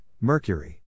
mercury